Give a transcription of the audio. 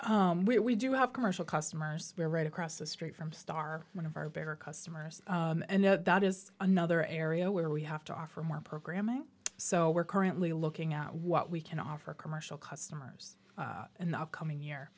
have we we do have commercial customers there right across the street from star one of our bigger customers and that is another area where we have to offer more programming so we're currently looking at what we can offer commercial customers in the coming year